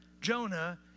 Jonah